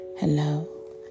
Hello